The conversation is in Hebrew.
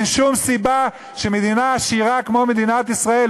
אין שום סיבה שמדינה עשירה כמו מדינת ישראל,